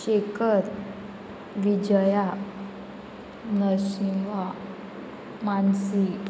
Shekhar Vijaya Narasimha Mansi